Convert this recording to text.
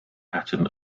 pattern